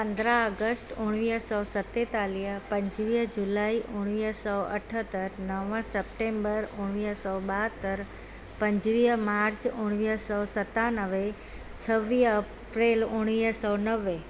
पंद्रहं अगस्त उणिवीह सौ सतेतालीह पंजुवीह जुलाइ उणिवीह सौ अठहतरि नव सेप्टेम्बर उणिवीह सौ ॿाहतरि पंजुवीह मार्च उणिवीह सौ सतानवे छवीह अप्रेल उणिवीह सौ नवे